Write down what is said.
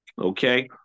Okay